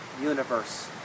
universe